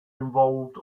involved